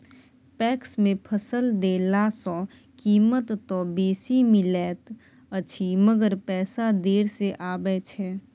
PACS मे फसल देला सॅ कीमत त बेसी मिलैत अछि मगर पैसा देर से आबय छै